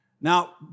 Now